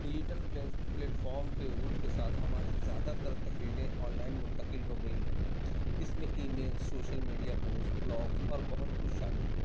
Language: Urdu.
ڈیجٹل پلیٹ پلیٹفارم کے عروج کے ساتھ ہماری زیادہ تر تحریریں آن لائن منتقل ہو گئی ہیں اس میں email social media post blogs اور بہت کچھ شامل ہیں